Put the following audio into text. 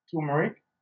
turmeric